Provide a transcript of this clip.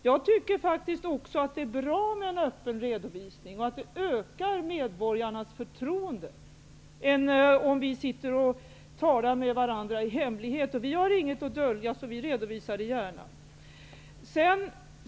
Jag tycker faktiskt också att det är bättre med en öppen redovisning och att det ökar medborgarnas förtroende, än om vi sitter och talar med varandra i hemlighet. Vi har inget att dölja, och därför redovisar vi det gärna.